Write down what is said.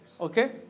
okay